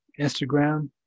Instagram